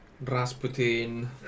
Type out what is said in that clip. Rasputin